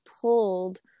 pulled